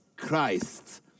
Christ